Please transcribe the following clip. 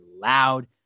loud